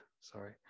sorry